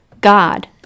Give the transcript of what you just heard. God